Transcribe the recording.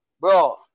Bro